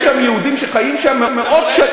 יש שם יהודים שחיים שם מאות שנים,